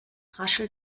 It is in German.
raschelt